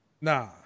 Nah